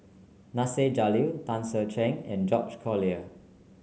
Nasir Jalil Tan Ser Cher and George Collyer